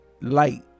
light